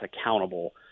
accountable